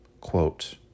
quote